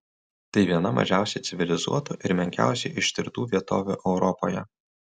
tai viena mažiausiai civilizuotų ir menkiausiai ištirtų vietovių europoje